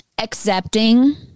accepting